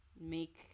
make